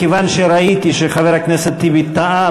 מכיוון שראיתי שחבר הכנסת טיבי טעה